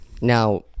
Now